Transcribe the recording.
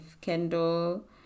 Kendall